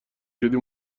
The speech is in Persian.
شدی